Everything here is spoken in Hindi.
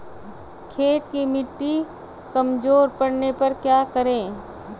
खेत की मिटी कमजोर पड़ने पर क्या करें?